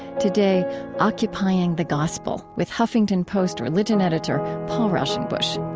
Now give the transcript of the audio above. today occupying the gospel, with huffington post religion editor paul raushenbush